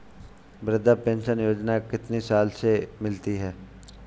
वृद्धा पेंशन योजना कितनी साल से मिलती है?